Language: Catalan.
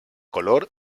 color